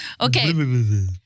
Okay